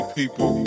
people